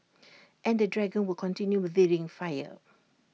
and the dragon will continue breathing fire